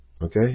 Okay